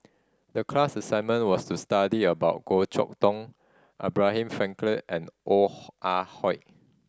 the class assignment was to study about Goh Chok Tong Abraham Frankel and Ong Ah Hoi